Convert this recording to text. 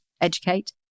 educate